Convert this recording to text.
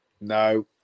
No